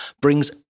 brings